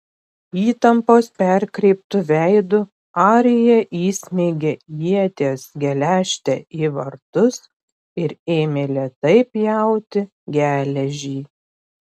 įtampos perkreiptu veidu arija įsmeigė ieties geležtę į vartus ir ėmė lėtai pjauti geležį